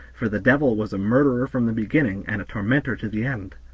for the devil was a murderer from the beginning, and a tormentor to the end.